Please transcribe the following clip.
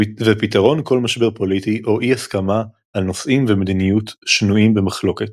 ופתרון כל משבר פוליטי או אי הסכמה על נושאים ומדיניות שנויים במחלוקת.